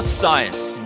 science